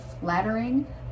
flattering